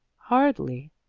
hardly.